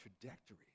trajectory